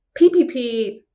PPP